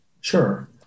Sure